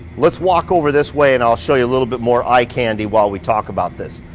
let's walk over this way and i'll show you a little bit more eye candy while we talk about this.